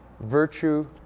virtue